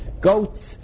goats